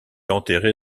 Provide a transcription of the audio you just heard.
enterré